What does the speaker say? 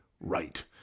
right